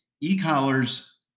E-collars